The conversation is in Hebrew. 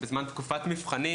בזמן תקופת מבחנים,